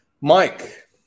Mike